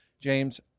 James